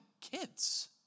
kids